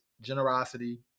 generosity